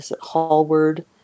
Hallward